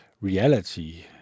reality